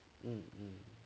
um um